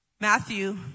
Matthew